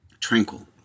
tranquil